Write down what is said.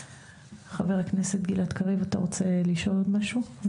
חבר הכנסת גלעד קריב, אתה רוצה לשאול עוד משהו?